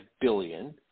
billion